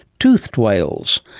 toothed whales.